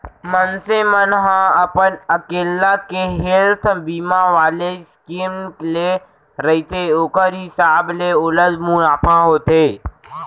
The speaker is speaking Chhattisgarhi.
मनसे मन ह अपन अकेल्ला के हेल्थ बीमा वाले स्कीम ले रहिथे ओखर हिसाब ले ओला मुनाफा होथे